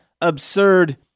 absurd